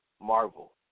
Marvel